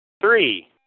Three